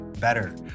better